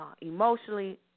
emotionally